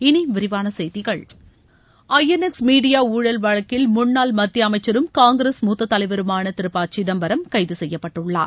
இனி விரிவான செய்திகள் ஐஎன்எக்ஸ் மீடியா ஊழல் வழக்கில் முன்னாள் மத்திய அமைச்சரும் காங்கிரஸ் மூத்த தலைவருமான திரு ப சிதம்பரம் கைது செய்யப்பட்டுள்ளார்